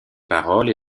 paroles